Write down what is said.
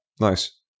Nice